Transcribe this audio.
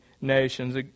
nations